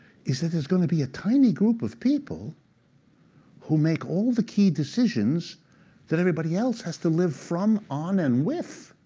is that there's going to be a tiny group of people who make all the key decisions that everybody else has to live from on and with.